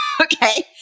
Okay